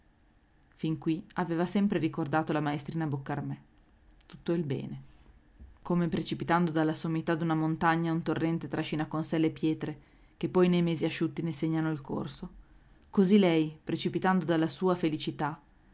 fin qui aveva sempre ricordato la maestrina boccarmè tutto il bene come precipitando dalla sommità d'una montagna un torrente trascina con sé le pietre che poi nei mesi asciutti ne segnano il corso così lei precipitando dalla sua felicità